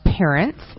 Parents